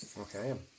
Okay